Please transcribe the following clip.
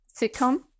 sitcom